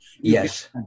Yes